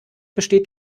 besteht